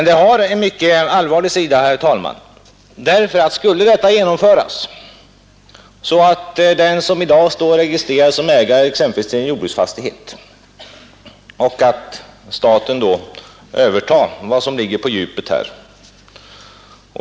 Det finns en mycket allvarlig sida, herr talman, av detta att staten från den som i dag står registrerad som ägare exempelvis till en jordbruksfastighet skulle överta vad som ligger på djupet.